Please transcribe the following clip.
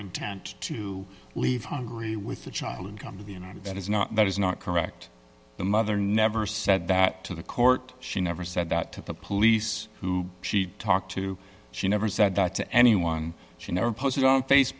intent to leave hungry with the child and come to the united that is not that is not correct the mother never said that to the court she never said that to the police who she talked to she never said that to anyone she never posted on face